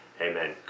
Amen